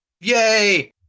Yay